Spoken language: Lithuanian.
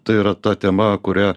tai yra ta tema kurią